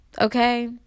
Okay